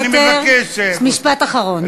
אני מבקש, משפט אחרון.